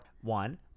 one